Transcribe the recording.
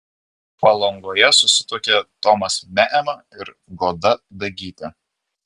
palangoje susituokė tomas meema ir goda dagytė